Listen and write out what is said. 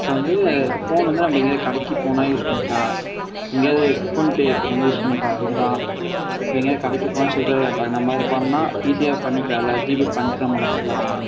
இப்போ வந்து ஃபோன் வந்து நம்ம எங்கேயாவுது கடைக்கு போனால் யூஸ் பண்ணிக்கலாம் எங்ககேயாவுது ஃபோன்பே இப்போ நம்ம யூஸ் பண்ணிக்கலாம் எங்கேயாவது கடைக்கு போனால் சில்லற நம்ம இது பண்ணால் ஈஸியாக பண்ணிக்கலாம்ல ஜிபே பண்ணிட்டு நம்ம வந்துடலாம்